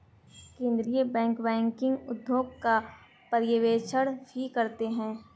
केन्द्रीय bank banking उद्योग का पर्यवेक्षण भी करते हैं